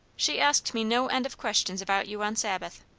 she asked me no end of questions about you on sabbath.